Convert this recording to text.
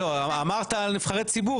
אמרת על נבחרי ציבור,